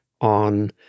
on